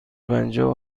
پنجاه